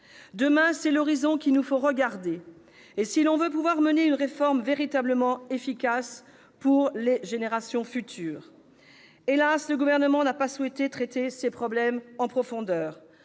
Demain, c'est l'horizon qu'il nous faut regarder, si nous voulons mener une réforme véritablement efficace pour les générations futures. Hélas, le Gouvernement n'a pas souhaité traiter ces problèmes en profondeur.